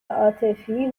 عاطفی